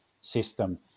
system